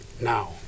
now